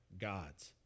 gods